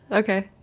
okay.